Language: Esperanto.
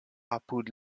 apud